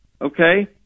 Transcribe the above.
okay